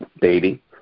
baby